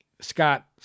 Scott